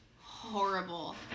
horrible